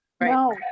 No